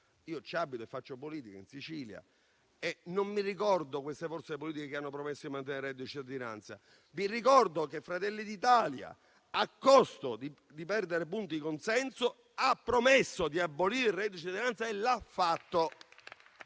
Io ci abito e faccio politica in Sicilia, ma non ricordo queste forze politiche che hanno promesso di mantenere il reddito di cittadinanza. Vi ricordo che Fratelli d'Italia, a costo di perdere punti di consenso, ha promesso di abolire il reddito di cittadinanza e l'ha fatto.